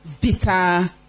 bitter